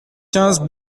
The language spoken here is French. quinze